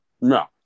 No